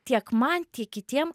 tiek man tiek kitiem